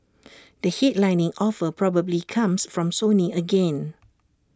the headlining offer probably comes from Sony again